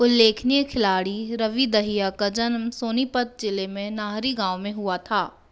उल्लेखनीय खिलाड़ी रवि दहिया का जन्म सोनीपत जिले में नाहरी गाँव में हुआ था